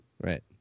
Right